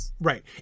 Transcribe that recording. Right